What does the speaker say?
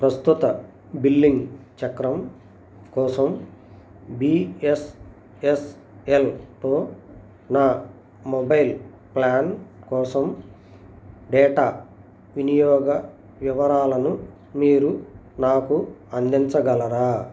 ప్రస్తుత బిల్లింగ్ చక్రం కోసం బీ ఎస్ ఎన్ ఎల్తో నా మొబైల్ ప్లాన్ కోసం డేటా వినియోగ వివరాలను మీరు నాకు అందించగలరా